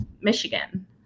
Michigan